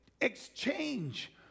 exchange